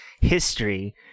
history